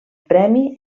premi